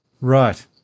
Right